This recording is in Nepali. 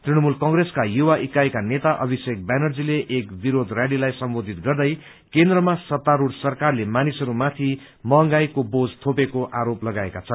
तृणमूल कंग्रेसका युवा एकाईका नेता अभिषेक व्यानर्जीले एक विरोध रयालीालाई सम्बोधित गर्दै केन्द्रमा सत्तारूढ सरकारले मानिसहरूमाथि महंगाईको बोझ थोपेको आरोप लगाएका छन्